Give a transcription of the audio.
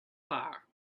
fire